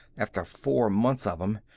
after four months of em.